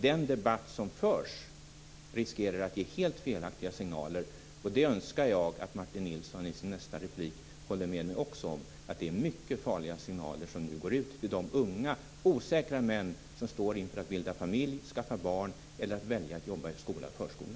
Den debatt som förs riskerar att ge helt felaktiga signaler. Jag önskar att Martin Nilsson i sin nästa replik också håller med mig om att det är mycket farliga signaler som nu går ut till de unga osäkra män som står inför att bilda familj, skaffa barn eller välja att jobba i skola och förskola.